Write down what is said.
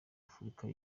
afurika